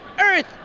Earth